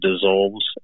dissolves